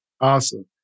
Awesome